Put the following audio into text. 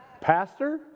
Pastor